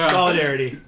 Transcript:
Solidarity